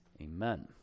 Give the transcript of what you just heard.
Amen